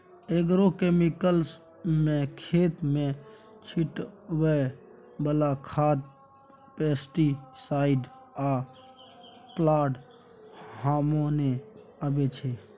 agrochemicals मे खेत मे छीटय बला खाद, पेस्टीसाइड आ प्लांट हार्मोन अबै छै